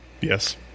yes